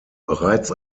bereits